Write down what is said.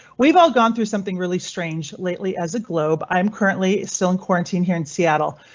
we've all gone through something really strange lately as a globe. i'm currently still in quarantine here in seattle.